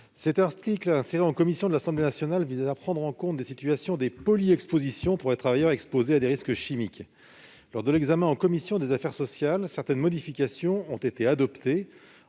Cet article, inséré en commission par l'Assemblée nationale, vise à prendre en compte les situations de polyexpositions pour les travailleurs exposés à des risques chimiques. Lors de l'examen de ce texte par la commission des affaires sociales du Sénat, certaines modifications ont été adoptées